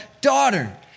daughter